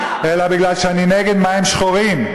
אלא מפני שאני נגד מים שחורים.